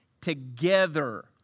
together